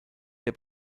der